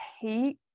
hate